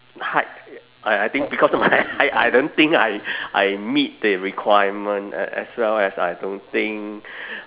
height I I think because of my height I don't think I I meet the requirement a~ as well as I don't think